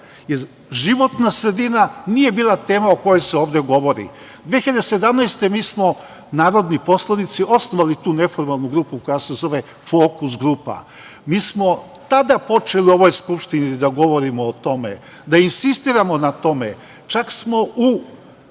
jer životna sredina nije bila tema o kojoj se ovde govori. Godine 2017. mi smo, narodni poslanici osnovali tu neformalnu grupu koja se zove „Fokus grupa“.Mi smo tada počeli u ovoj Skupštini da govorimo o tome, da insistiramo na tome, čak smo u